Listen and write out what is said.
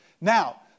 Now